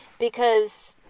because,